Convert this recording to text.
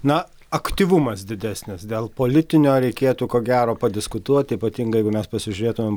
na aktyvumas didesnis dėl politinio reikėtų ko gero padiskutuoti ypatingai jeigu mes pasižiūrėtumėm